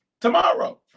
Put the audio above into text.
Tomorrow